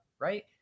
Right